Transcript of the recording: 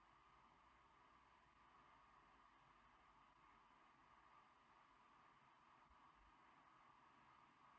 ah